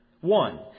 One